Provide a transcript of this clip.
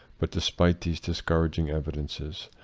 but, despite these discour aging evidences,